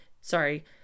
sorry